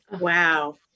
Wow